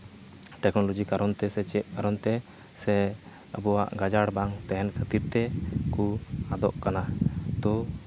technology ᱠᱟᱨᱚᱱ ᱛᱮ ᱥᱮ ᱪᱮᱫ ᱠᱟᱨᱚᱱ ᱛᱮ ᱥᱮ ᱟᱵᱚᱣᱟᱜ ᱜᱟᱡᱟᱲ ᱵᱟᱝ ᱛᱮᱦᱮᱱ ᱠᱷᱟᱹᱛᱤᱨ ᱛᱮ ᱠᱩ ᱟᱫᱚᱜ ᱠᱟᱱᱟ ᱛᱚ